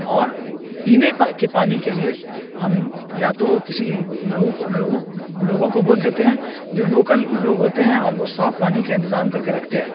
اور پینے کے پانی کے لیے ہم یا تو کسی لوگوں کو لوگوں لوگوں کو بول دیتے ہیں جو لوکل لوگ ہوتے ہیں اور وہ صاف پانی کا انتظام کر کے رکھتے ہیں